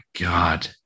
God